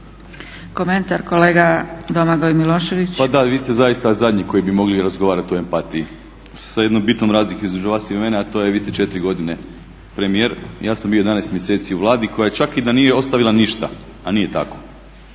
**Milošević, Domagoj Ivan (HDZ)** Pa da, vi ste zaista zadnji koji bi mogli razgovarat o empatiji sa jednom bitnom razlikom između vas i mene, a to je vi ste 4 godine premijer, ja sam bio 11 mjeseci u Vladi koja čak i da nije ostavila ništa, a nije tako,